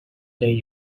day